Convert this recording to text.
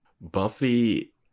Buffy